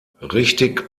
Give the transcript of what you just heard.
richtig